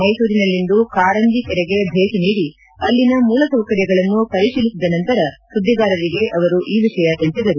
ಮೈಸೂರಿನಲ್ಲಿಂದು ಕಾರಂಜ ಕೆರೆಗೆ ಭೇಟಿ ನೀಡಿ ಅಲ್ಲಿನ ಮೂಲಸೌಕರ್ಯಗಳನ್ನು ಪರಿಶೀಲಿಸಿದ ನಂತರ ಸುದ್ದಿಗಾರರಿಗೆ ಅವರು ಈ ವಿಷಯ ತಿಳಿಸಿದರು